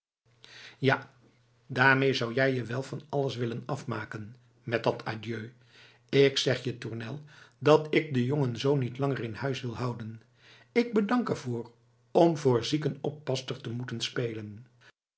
ja daarmee zou jij je wel van alles willen afmaken met dat adieu ik zeg je tournel dat ik den jongen zoo niet langer in huis wil houden ik bedank er voor om voor ziekenoppaster te moeten spelen